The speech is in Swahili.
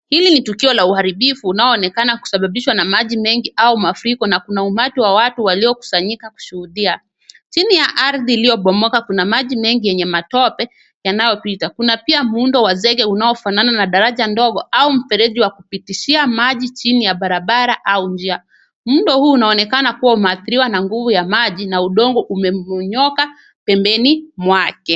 Hili ni tukio la uharibifu unaoonekana kusababishwa na maji mengi au mafuriko na kuna umati wa watu waliokusanyika kushuhudia. Chini ya ardhi iliyobomoka kuna maji mengi ya matope yanayopita yanayopita. Kuna pia muundo wa zege unaofanana na daraja ndogo au mfereji wa kupitishia maji chini ya barabara au njia. Mto huu unaonekana umeathiriwa na nguvu ya maji na udongo umemomonyoka pembeni mwake.